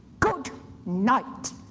good night.